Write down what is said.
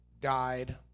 died